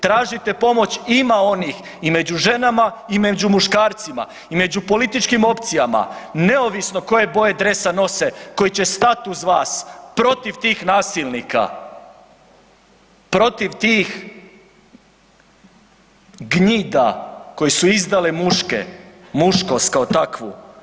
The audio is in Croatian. Tražite pomoć, ima onih i među ženama i među muškarcima i među političkim opcijama, neovisno koje broje dresa nose koji će stat uz vas protiv tih nasilnika, protiv tih gnjida koje su izdale muške, muškost kao takvu.